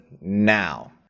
now